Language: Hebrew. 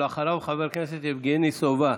ואחריו, חבר הכנסת יבגני סובה,